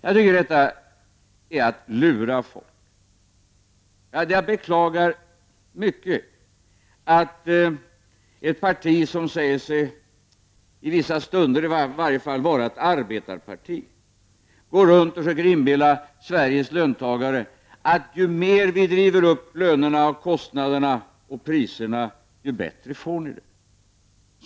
Jag tycker att detta är att lura folk. Jag beklagar mycket att ett parti som i alla fall i vissa stunder säger sig vara ett arbetarparti försöker inbilla Sveriges löntagare att ju mer vi driver upp lönerna, kostnaderna och priserna, desto bättre får löntagarna det.